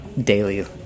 daily